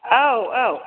औ औ